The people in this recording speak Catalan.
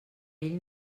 ell